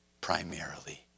primarily